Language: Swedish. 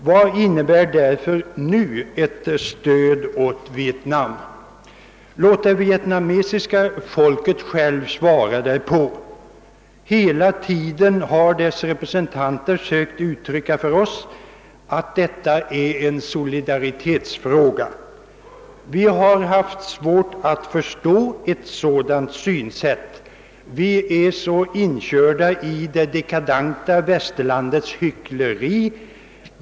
Vad innebär därför nu ett stöd åt Vietnam? Låt det vietnamesiska folket självt svara därpå! Hela tiden har dess representanter sökt klargöra för oss att detta är en solidaritetsfråga. Vi har haft svårt att förstå ett sådant synsätt — vi är så inkörda i det dekadenta Västerlandets hyckleri.